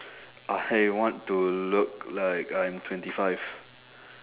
I want to look like I'm twenty five